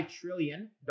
trillion